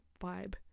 vibe